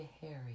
Harry